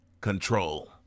Control